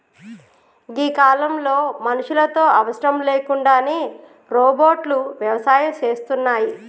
గీ కాలంలో మనుషులతో అవసరం లేకుండానే రోబోట్లు వ్యవసాయం సేస్తున్నాయి